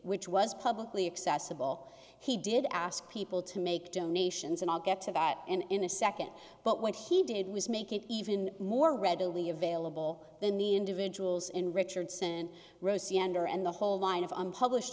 which was publicly accessible he did ask people to make donations and i'll get to that in a second but what he did was make it even more readily available than the individuals in richardson row cmdr and the whole line of unpublished